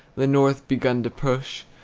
the north begun to push,